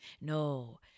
no